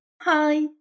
Hi